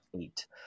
eight